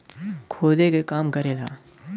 खोदे के काम करेला